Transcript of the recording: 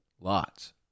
Lots